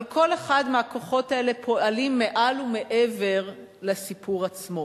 אבל כל אחד מהכוחות האלה פועל מעל ומעבר לסיפור עצמו.